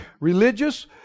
religious